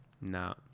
No